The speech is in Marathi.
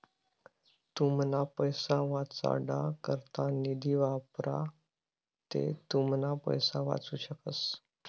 तुमना पैसा वाचाडा करता निधी वापरा ते तुमना पैसा वाचू शकस